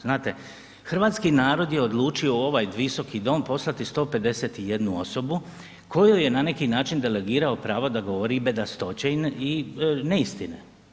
Znate, hrvatski narod je odlučio u ovaj Visoki dom poslati 151 osobu koju je na neki način delegirao pravo da govori i bedastoće i neistine.